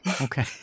okay